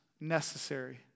necessary